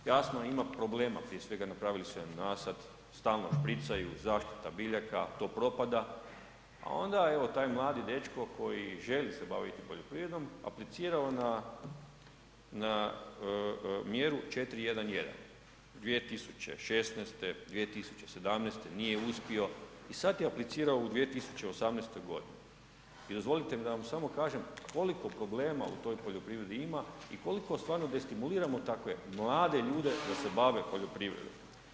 Jasno ima problema, prije svega napravili su jedan nasad, stalno špricaju, zaštita biljaka, to propada, a onda evo taj mladi dečko koji želi se baviti poljoprivredom, aplicirao na, na mjeru 411, 2016., 2017. nije uspio i sad je aplicirao u 2018.g. i dozvolite mi da vam samo kažem koliko problema u toj poljoprivredi ima i koliko stvarno destimuliramo takve mlade ljude koji se bave poljoprivredom.